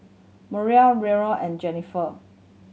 Merlyn Raymon and Jenifer